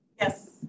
Yes